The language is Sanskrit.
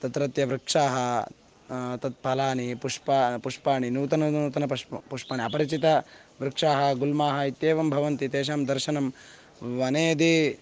तत्रत्य वृक्षाः तत् फलानि पुष्पा पुष्पाणि नूतननूतनं पुष्पव् पुष्पाणि अपरिचिताः वृक्षाः गुल्माः इत्येवं भवन्ति तेषां दर्शनं वने यदि